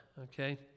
okay